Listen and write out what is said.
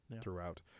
throughout